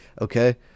okay